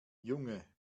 junge